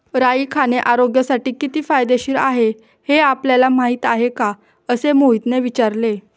राई खाणे आरोग्यासाठी किती फायदेशीर आहे हे आपल्याला माहिती आहे का? असे मोहितने विचारले